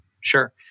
Sure